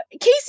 Casey